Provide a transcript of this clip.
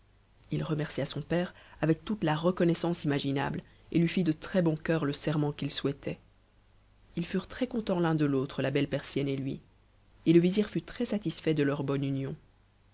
il remercia son père avec toute la reconnaissance imaginable et lui fil très-bon cœur le serment qu'il souhaitait ils furent très contents l'un f l'autre la belle persienne et lui et le vizir fut très-satisfait de leur bonnf union